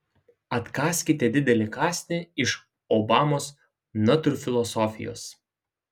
atkąskite didelį kąsnį iš obamos natūrfilosofijos